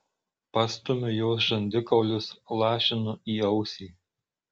pastumiu jos žandikaulius lašinu į ausį